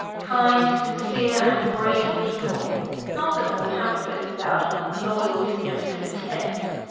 kind, sincere, and brave people not little pamphlets about loyalty and content.